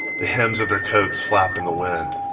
the hems of their coats flap in the wind,